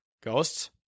Ghosts